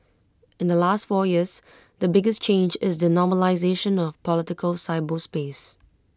in the last four years the biggest change is the normalisation of political cyberspace